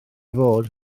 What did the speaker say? fod